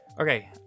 okay